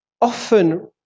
often